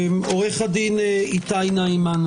עו"ד איתי נעמן.